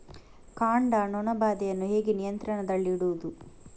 ಕಾಂಡ ನೊಣ ಬಾಧೆಯನ್ನು ಹೇಗೆ ನಿಯಂತ್ರಣದಲ್ಲಿಡುವುದು?